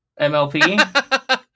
MLP